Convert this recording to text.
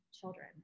children